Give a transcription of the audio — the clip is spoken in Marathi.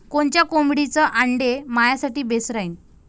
कोनच्या कोंबडीचं आंडे मायासाठी बेस राहीन?